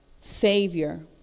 savior